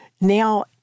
now